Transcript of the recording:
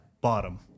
bottom